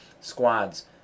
squads